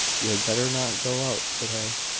you had better not go out to-day,